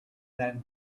than